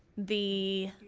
the